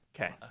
Okay